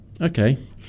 Okay